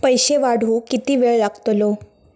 पैशे पाठवुक किती वेळ लागतलो?